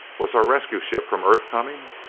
was our rescue ship from earth coming?